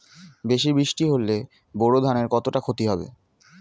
বেশি বৃষ্টি হলে বোরো ধানের কতটা খতি হবে?